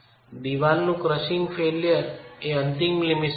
દિવાલની crushing failure એ અંતિમ લીમીટ સ્ટેટ છે